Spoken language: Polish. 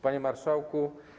Panie Marszałku!